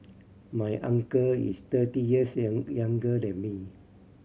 my uncle is thirty years young younger than me